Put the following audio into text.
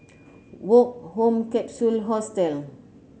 Woke Home Capsule Hostel